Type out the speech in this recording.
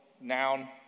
noun